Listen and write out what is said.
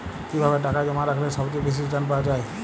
কিভাবে টাকা জমা রাখলে সবচেয়ে বেশি রির্টান পাওয়া য়ায়?